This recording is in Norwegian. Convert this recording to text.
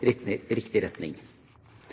riktig